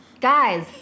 Guys